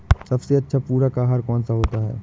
सबसे अच्छा पूरक आहार कौन सा होता है?